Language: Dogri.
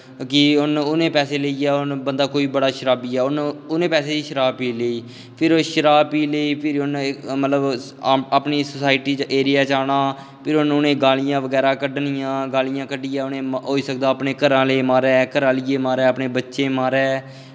कि उ'नें पैसे लेइयै बंदा कोई बड़ा शराबिया ऐ उन्न उ'नें पैसें दी शराब पी लेई फिर ओह् शराब पी लेई फिर उ'नें मतलब अपनी सोसाईटी च एरिया च आना फिर उन्न उ'नें गालियां बगैरा कड्डनियां गालियां कड्डियै होई सकदा अपने घर आह्लें गी मारै घर आह्लिये गी मारै अपनें बच्चें गी मारै